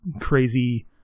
crazy